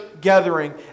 gathering